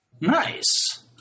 Nice